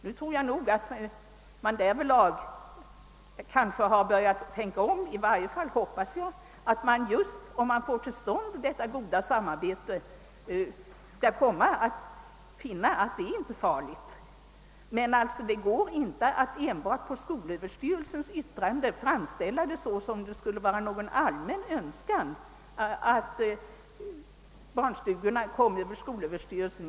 Nu tror jag att man börjat tänka om härvidlag — i varje fall hoppas jag att man, om det blir möjligt att få till stånd ett gott samarbete, skall finna att det hela inte är så farligt. Men det går alltså inte att enbart på basis av skolöverstyrelsens yttrande framställa saken som om det skulle vara en allmän önskan att barnstugorna kom under skolöverstyrelsen.